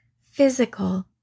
physical